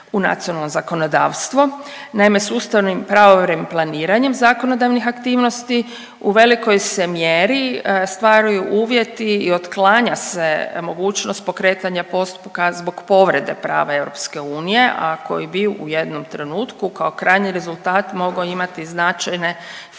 u nacionalno zakonodavstvo. Naime, sustavnim pravovremenim planiranjem zakonodavnih aktivnosti u velikoj se mjeri stvaraju uvjeti i otklanja se mogućnost pokretanja postupka zbog povrede prava EU, a koji bi u jednom trenutku kao krajnji rezultat mogao imati značajne financijske